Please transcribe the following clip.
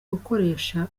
ukoresha